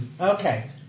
Okay